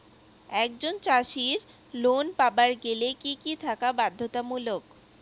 একজন চাষীর লোন পাবার গেলে কি কি থাকা বাধ্যতামূলক?